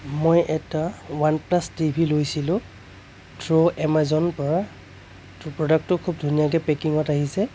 মই এটা one plus TV লৈছিলোঁ থ্ৰ' এমাজনৰ পৰা প্ৰডাক্টটো খুব ধুনীয়াকৈ পেকিঙত আহিছে